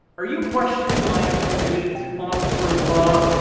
are you questioning my integrity as an officer of the law?